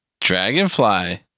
Dragonfly